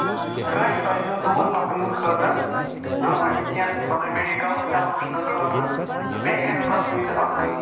کٲنٛسہِ پَزِ نہٕ دوٗر پَکنہٕ خٲطرٕ ضروٗری کیٚنٛہہ پَنُن میڈِکَل ہٮ۪لٔتھ وُچھنہٕ خٲطرٕ تہٕ بیٚیہِ گژھِ پرٛتھ وِزِ اَکھ